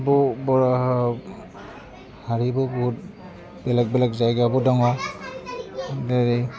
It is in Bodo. बर' हारिबो बहुत बेलेग बेलेग जायगायावबो दङ जेरै